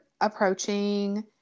approaching